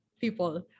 people